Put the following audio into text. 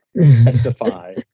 testify